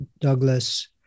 douglas